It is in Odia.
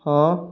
ହଁ